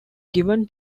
given